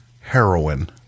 heroin